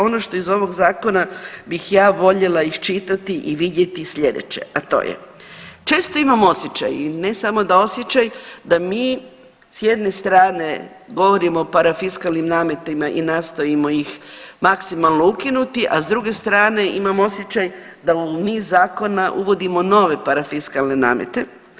Ono što iz ovoga Zakona bih ja voljela iščitati i vidjeti je sljedeće, a to je često imam osjećaj i ne samo da osjećaj da mi s jedne strane govorimo o parafiskalnim nametima i nastojimo ih maksimalno ukinuti, a s druge strane imam osjećaj da mimo zakona uvodimo nove parafiskalne namete.